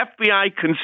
FBI